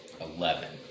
Eleven